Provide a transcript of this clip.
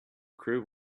crew